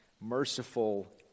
Merciful